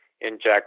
inject